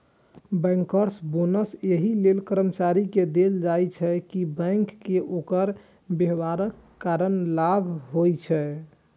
bankers bonus एहि लेल कर्मचारी कें देल जाइ छै, कि बैंक कें ओकर व्यवहारक कारण लाभ होइ छै